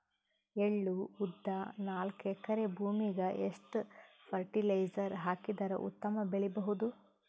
ಎಳ್ಳು, ಉದ್ದ ನಾಲ್ಕಎಕರೆ ಭೂಮಿಗ ಎಷ್ಟ ಫರಟಿಲೈಜರ ಹಾಕಿದರ ಉತ್ತಮ ಬೆಳಿ ಬಹುದು?